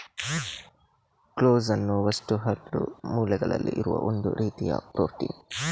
collagen ವಸ್ತು ಹಲ್ಲು, ಮೂಳೆಗಳಲ್ಲಿ ಇರುವ ಒಂದು ರೀತಿಯ ಪ್ರೊಟೀನ್